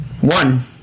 One